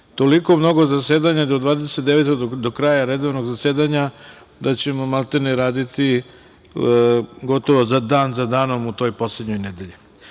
toliko mnogo zasedanja do 29. do kraja redovnog zasedanja, da ćemo maltene raditi gotovo dan za danom u toj poslednjoj nedelji. Pošto